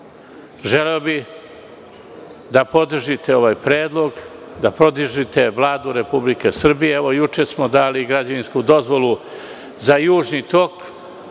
želeo bi da podržite ovaj predlog, da podržite Vladu Republike Srbije. Juče smo dali građevinsku dozvolu za „Južni tok“,